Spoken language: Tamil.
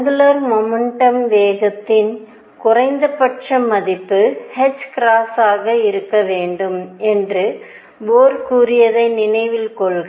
ஆங்குலர் முமெண்டம்வேகத்தின் குறைந்தபட்ச மதிப்பு ஆக இருக்க வேண்டும் என்று போர் கூறியதை நினைவில் கொள்க